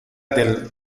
del